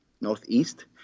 northeast